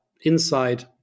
inside